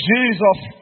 Jesus